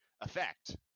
effect